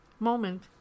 moment